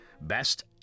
Best